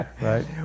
right